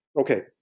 Okay